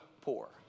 poor